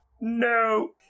No